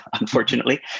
Unfortunately